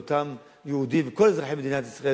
לאותם יהודים ולכל אזרחי מדינת ישראל,